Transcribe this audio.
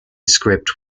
script